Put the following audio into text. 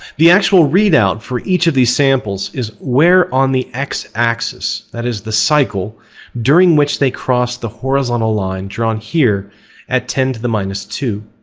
the actual readout for each of these samples is where on the x-axis, that is the cycle during which they cross the horizontal line drawn at ten to the minus two.